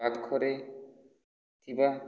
ପାଖରେ ଥିବା